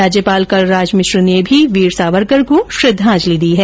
राज्यपाल कलराज मिश्र ने भी वीर सावरकर को श्रद्वाजंलि दी है